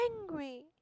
angry